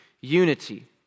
unity